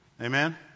Amen